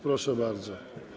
Proszę bardzo.